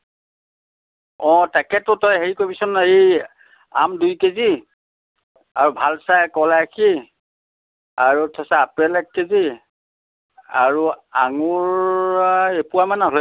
তাকেতো তই হেৰি কৰিবিছোন হেৰি আম দুই কেজি আৰু ভাল চাই কল এআষি আৰু তাৰ পাছত আপেল এক কেজি আৰু আঙুৰ এপোৱা মান হ'লেই হ'ব নেকি আঢ়ৈশ গ্ৰাম মান